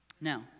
Now